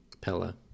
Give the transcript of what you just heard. Pella